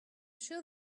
sure